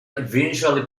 eventually